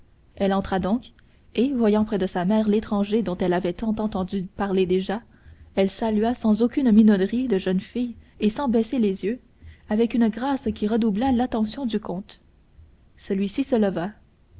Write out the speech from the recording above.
elle entra donc et voyant près de sa mère l'étranger dont elle avait tant entendu parler déjà elle salua sans aucune minauderie de jeune fille et sans baisser les yeux avec une grâce qui redoubla l'attention du comte celui-ci se leva